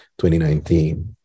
2019